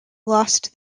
lost